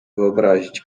wyobrazić